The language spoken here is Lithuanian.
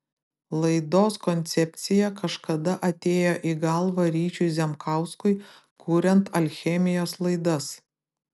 laidos koncepcija kažkada atėjo į galvą ryčiui zemkauskui kuriant alchemijos laidas